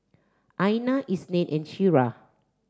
Aina Isnin and Syirah